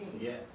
Yes